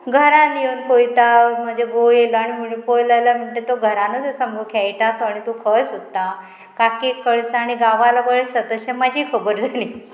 घरान येवन पयता म्हजे घोव येयलो आनी म्हण पयलो जाल्यार म्हणटा तो घरानूच आसा मुगो खेळटात आणी तूं खंय सोदता काकीक कळसां आनी गांवालो वळसां तशें म्हजी खबर जाली